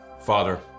Father